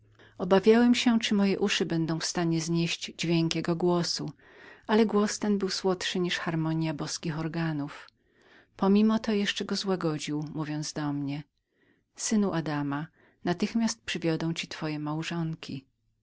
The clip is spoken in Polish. obawiałem się aby moje uszy były w stanie znieść dźwięk jego głosu ale głos ten był słodszym nad harmonię boskich organów pomimo to jeszcze go złagodził mówiąc do mnie synu adama natychmiast przywiodą ci twoje małżonki